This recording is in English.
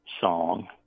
song